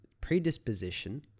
predisposition